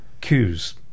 cues